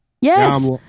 Yes